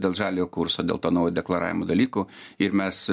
dėl žaliojo kurso dėl to naujo deklaravimo dalykų ir mes